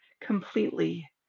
completely